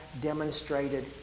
demonstrated